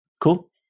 Cool